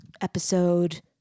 episode